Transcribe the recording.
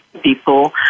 people